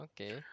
Okay